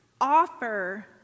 offer